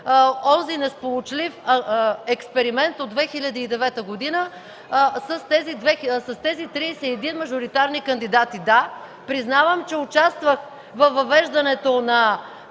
онзи несполучлив експеримент от 2009 г. с тези 31 мажоритарни кандидати. Да, признавам, че участвах във въвеждането на